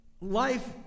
life